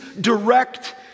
direct